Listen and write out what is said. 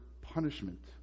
punishment